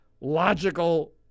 logical